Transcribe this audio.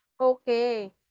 Okay